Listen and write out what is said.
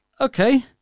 Okay